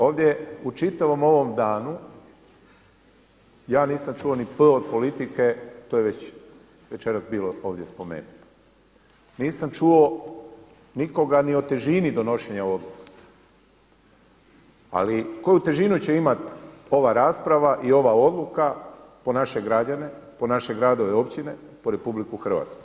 Ovdje u čitavom ovom danu ja nisam čuo ni P od politike to je već večeras bilo ovdje spomenuto, nisam čuo nikoga ni o težini donošenja …, ali koju težinu će imati ova rasprava i ova odluka po naše građane, po naše gradove, općine, po RH?